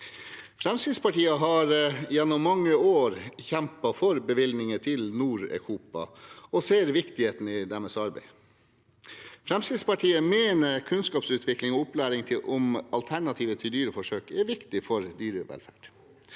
Fremskrittspartiet har gjennom mange år kjempet for bevilgninger til Norecopa og ser viktigheten i deres arbeid. Fremskrittspartiet mener kunnskapsutvikling og opplæring om alternativer til dyreforsøk er viktig for dyrevelferd.